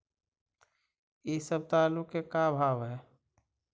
इ सप्ताह आलू के का भाव है?